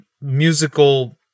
musical